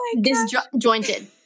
disjointed